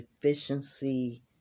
Deficiency